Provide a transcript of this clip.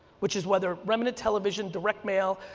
which is whether remnant tv direct mail,